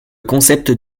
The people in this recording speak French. concept